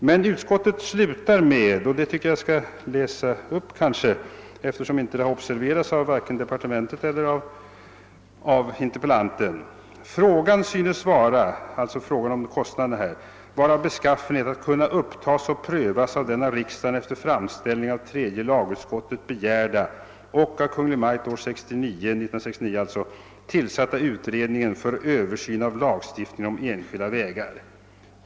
Men utskottet slutar med följande ord — jag skall läsa upp det, eftersom det inte observerats av vare sig departementet eller interpellanten: »Frågan« — alliså frågan om kostnaderna — >»synes vara av beskaffenhet att kunna upptas och prövas av den av riksdagen efter framställning av tredje lagutskottet begärda och av Kungl. Maj:t år 1969 tillsatta utredningen för översyn av lagstiftningen om enskilda vägar.